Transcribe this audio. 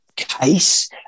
case